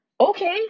Okay